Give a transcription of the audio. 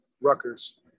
Rutgers